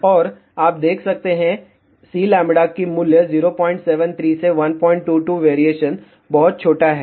और आप देख सकते हैं Cλ की मूल्य 073 से 122 वेरिएशन बहुत छोटा है